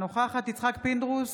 אינה נוכחת יצחק פינדרוס,